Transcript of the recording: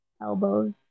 elbows